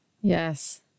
Yes